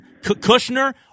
Kushner